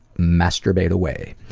masturbate away.